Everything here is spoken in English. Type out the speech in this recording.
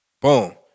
boom